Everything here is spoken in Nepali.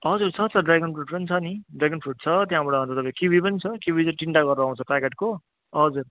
हजुर छ छ ड्रेगन फ्रुट पनि छ नि ड्रेगन फ्रुट छ त्यहाँबाट अन्त तपाईँको किवी पनि छ किवी चाहिँ तिनवटा गरेर आउँछ प्याकेटको हजुर